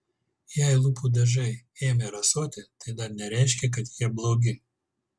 jei lūpų dažai ėmė rasoti tai dar nereiškia kad jie blogi